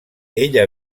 ella